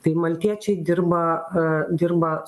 tai maltiečiai dirba dirba